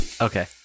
Okay